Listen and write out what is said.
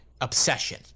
obsession